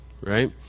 right